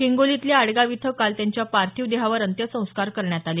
हिंगोलीतल्या आडगाव इथं काल त्यांच्या पार्थिव देहावर अंत्यसंस्कार करण्यात आले